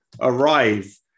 arrive